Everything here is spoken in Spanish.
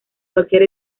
cualquier